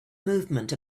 movement